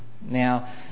Now